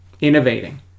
innovating